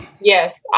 Yes